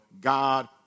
God